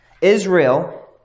Israel